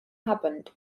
happened